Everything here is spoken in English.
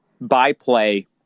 byplay